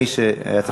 מי שהיה צריך להבין,